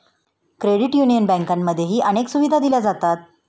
credit union बँकांमध्येही अनेक सुविधा दिल्या जातात